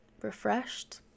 refreshed